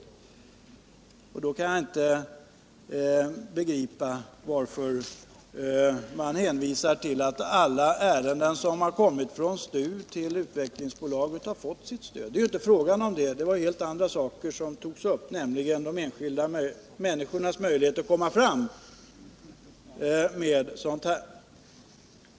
Därför förstår jag inte varför Sven Andersson hänvisar till att alla ärenden som har kommit från STU till utvecklingsbolaget har fått stöd. Det var inte fråga om det utan om enskilda forskares möjligheter att få arbeta med olika projekt.